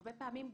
הרבה פעמים,